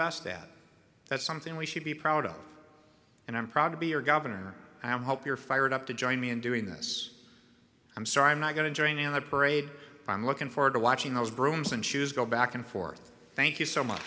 best at that's something we should be proud of and i'm proud to be your governor and i hope you're fired up to join me in doing this i'm sorry i'm not going to join in the parade i'm looking forward to watching those brooms and shoes go back and forth thank you so much